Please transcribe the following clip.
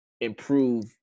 improve